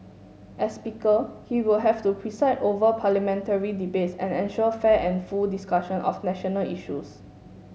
as Speaker he will have to preside over Parliamentary debates and ensure fair and full discussion of national issues